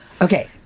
Okay